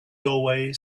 doorway